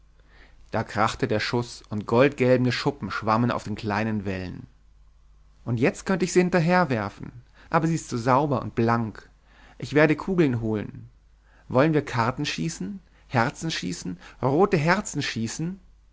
da krachte der schuß und goldgelbe schuppen schwammen auf den kleinen wellen und jetzt könnte ich sie hinterher werfen aber sie ist so sauber und blank ich werde kugeln holen wollen wir karten schießen herzen schießen rote herzen schießen